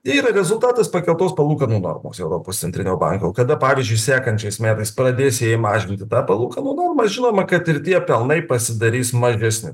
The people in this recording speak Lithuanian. jie yra rezultatas pakeltos palūkanų normos europos centrinio banko kada pavyzdžiui sekančiais metais pradės jie mažinti tą palūkanų normą žinoma kad ir tie pelnai pasidarys mažesni